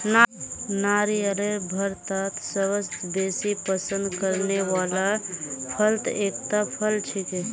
नारियल भारतत सबस बेसी पसंद करने वाला फलत एकता फल छिके